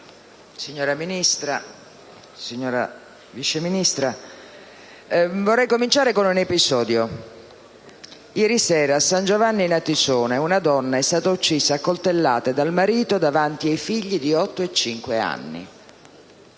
signora Ministro, signora Vice Ministro, vorrei cominciare con un episodio. Ieri sera a San Giovanni al Natisone una donna è stata uccisa a coltellate dal marito davanti ai figli di otto e cinque anni.